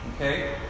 okay